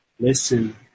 Listen